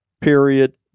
period